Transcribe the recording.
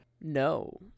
No